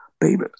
baby